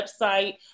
website